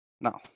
Now